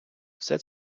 все